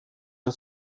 dat